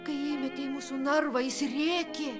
kai įmetė į mūsų narvą jis rėkė